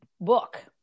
book